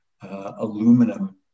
aluminum